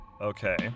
Okay